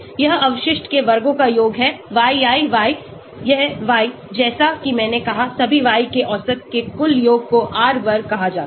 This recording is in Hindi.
यह अवशिष्ट के वर्गों का योग है yi y यह y जैसा कि मैंने कहा सभी y के औसत के कुल योग को R वर्ग कहा जाता है